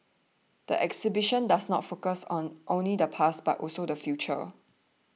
the exhibition does not focus on only the past but also the future